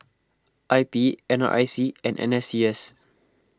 I P N R I C and N S C S